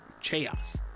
Chaos